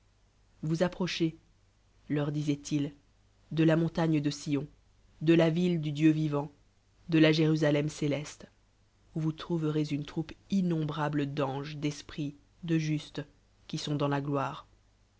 ous approchez leur disoient-ils de la montagne de sion de la ville du dieu vivant de la jérusalem céleste cil vous trouverez une troupe innombrable d'anges d'esprits de justes qui sont dans la gloire